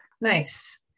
Nice